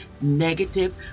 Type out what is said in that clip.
negative